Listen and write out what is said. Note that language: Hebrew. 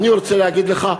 אני רוצה להגיד לך,